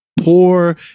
poor